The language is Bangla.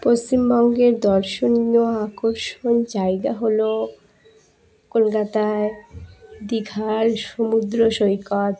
পশ্চিমবঙ্গের দর্শনীয় আকর্ষণ জায়গা হলো কলকাতায় দীঘার সমুদ্র সৈকত